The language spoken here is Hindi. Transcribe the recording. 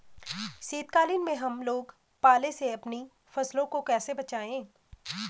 शीतकालीन में हम लोग पाले से अपनी फसलों को कैसे बचाएं?